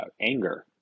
anger